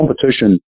competition